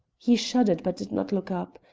he shuddered but did not look up,